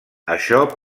això